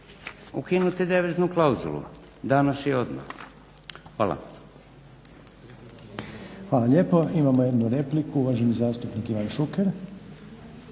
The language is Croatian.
ukinuti deviznu klauzulu danas i odmah. Hvala. **Reiner, Željko (HDZ)** Hvala lijepa. Imamo jednu repliku, uvaženi zastupnik Ivan Šuker.